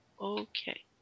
Okay